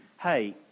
Hey